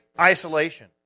isolation